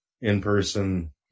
in-person